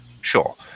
Sure